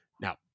Now